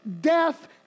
death